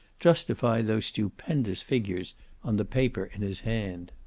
justify those stupendous figures on the paper in his hand.